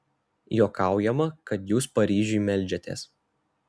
juokaujama kad jūs paryžiui meldžiatės